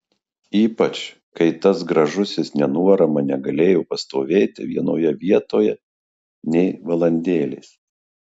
ypač kai tas gražusis nenuorama negalėjo pastovėti vienoje vietoj nė valandėlės